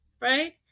right